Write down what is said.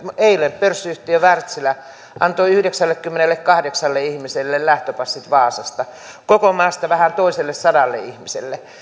eilen pörssiyhtiö wärtsilä antoi yhdeksällekymmenellekahdeksalle ihmiselle lähtöpassit vaasasta koko maasta vähän toiselle sadalle ihmiselle